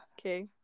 Okay